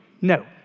no